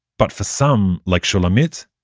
but for some, like shulamit,